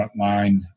frontline